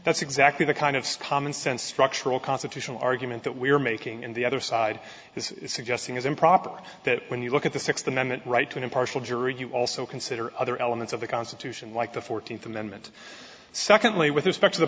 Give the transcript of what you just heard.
that's exactly the kind of commonsense structural constitutional argument that we're making in the other side is suggesting is improper that when you look at the sixth amendment right to an impartial jury you also consider other elements of the constitution like the fourteenth amendment secondly with respect to the